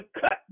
cut